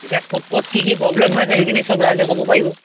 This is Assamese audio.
এতিয়া ক'ত ক'ত কি প্ৰবলেম হৈ আছে সেইখিনি ৰাইজে ক'ব পাৰিব